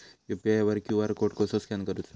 UPI वर QR code कसा scan करूचा?